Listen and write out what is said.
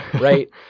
right